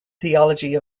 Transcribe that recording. theology